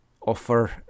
offer